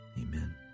amen